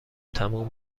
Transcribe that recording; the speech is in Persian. تموم